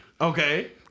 Okay